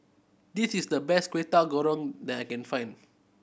this is the best Kwetiau Goreng that I can find